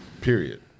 period